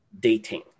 dating